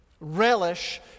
Relish